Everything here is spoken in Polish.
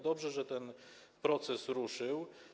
Dobrze, że ten proces ruszył.